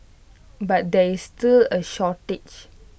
but there is still A shortage